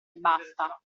basta